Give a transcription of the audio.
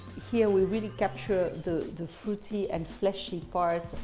here we really capture the the fruity and fleshy part.